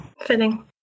Fitting